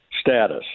status